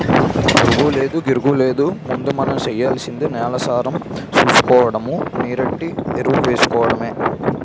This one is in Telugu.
పురుగూలేదు, గిరుగూలేదు ముందు మనం సెయ్యాల్సింది నేలసారం సూసుకోడము, నీరెట్టి ఎరువేసుకోడమే